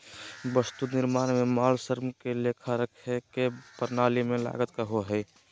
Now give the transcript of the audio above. वस्तु निर्माण में माल, श्रम के लेखा रखे के प्रणाली के लागत कहो हइ